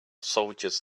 soldiers